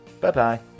Bye-bye